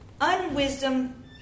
unwisdom